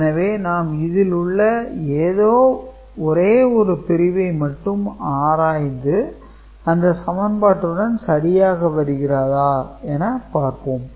எனவே நாம் இதில் உள்ள ஏதோ ஒரே ஒரு பிரிவை மட்டும் ஆராய்ந்து அந்த சமன்பாட்டுடன் சரியாக வருகிறதா என பார்ப்போம்